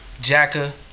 Jacka